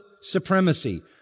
supremacy